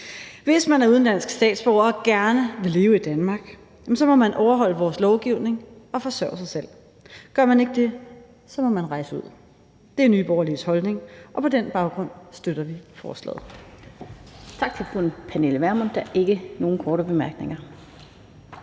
Hvis man er udenlandsk statsborger og gerne vil leve i Danmark, så må man overholde vores lovgivning og forsørge sig selv. Gør man ikke det, må man rejse ud. Det er Nye Borgerliges holdning, og på den baggrund støtter vi forslaget. Kl. 14:14 Den fg. formand (Annette Lind): Tak til fru Pernille Vermund. Der er ikke nogen korte bemærkninger.